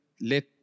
let